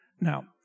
Now